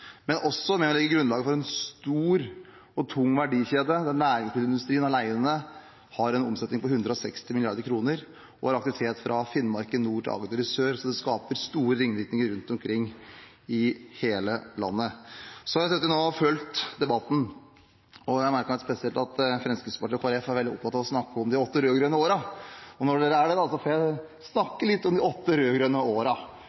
men også ved å legge grunnlaget for en stor og tung verdikjede. Næringsindustrien har alene en omsetning på 160 mrd. kr og har aktivitet fra Finnmark i nord til Agder i sør, så det skaper store ringvirkninger rundt omkring i hele landet. Jeg har sittet og fulgt med på debatten, og jeg har merket meg spesielt at Fremskrittspartiet og Kristelig Folkeparti er veldig opptatt av å snakke om de åtte rød-grønne årene. Når de er det, får også jeg snakke litt om de åtte